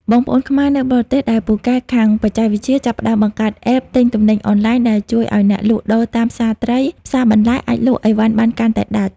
បងប្អូនខ្មែរនៅបរទេសដែលពូកែខាង "បច្ចេកវិទ្យា" ចាប់ផ្ដើមបង្កើត App ទិញទំនិញអនឡាញ ដែលជួយឱ្យអ្នកលក់ដូរតាមផ្សារត្រី ផ្សារបន្លែ អាចលក់អីវ៉ាន់បានកាន់តែដាច់។